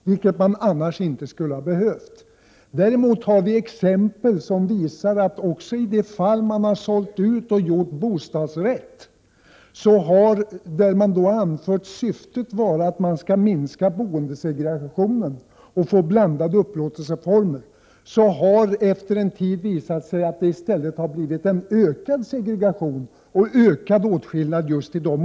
Detta skulle annars inte ha varit nödvändigt. Vi har också exempel på att det i fall då man har sålt ut och gjort bostadsrätt — i syfte att minska boendesegregationen och få blandade upplåtelseformer — efter en tid har visat sig att segregationen i stället har ökat.